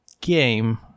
game